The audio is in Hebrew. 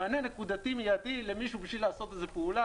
מענה נקודתי מידי למישהו בשביל לעשות פעולה,